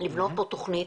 לבנות פה תכנית,